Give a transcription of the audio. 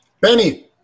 Benny